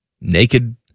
Naked